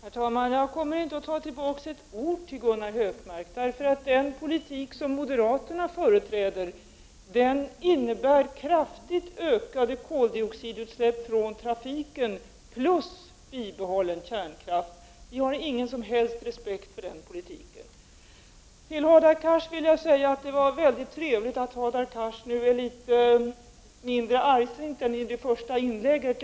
Herr talman! Jag kommer inte att ta tillbaka ett ord till Gunnar Hökmark. Den politik som moderaterna företräder innebär kraftigt ökade koldioxidut släpp från trafiken plus bibehållen kärnkraft. Vi i regeringen har ingen som helst respekt för den politiken. Det var trevligt att Hadar Cars nu är litet mindre argsint jämfört med det första inlägget.